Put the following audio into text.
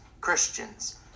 Christians